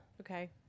Okay